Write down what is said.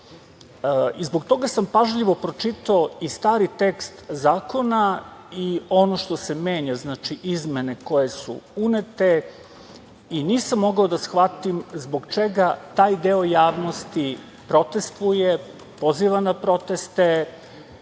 Zbog toga sam pažljivo pročitao i stari tekst zakona i ono što se menja, znači, izmene koje su unete i nisam mogao da shvatim zbog čega taj deo javnosti protestuje, poziva na proteste,